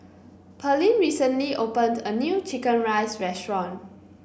Pearlene recently opened a new chicken rice restaurant